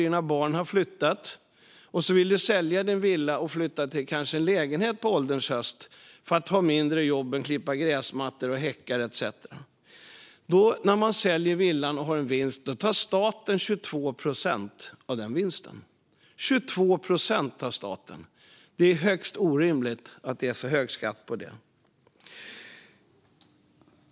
Dina barn har flyttat ut, och nu vill du sälja villan och flytta till en lägenhet på ålderns höst för att ha mindre jobb med att klippa gräsmattor, häckar etcetera. Om du säljer villan med vinst tar staten 22 procent av den vinsten. Det är orimligt att det är så hög skatt på det.